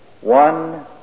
one